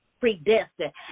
predestined